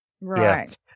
Right